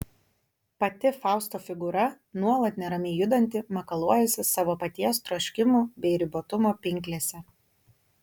pati fausto figūra nuolat neramiai judanti makaluojasi savo paties troškimų bei ribotumo pinklėse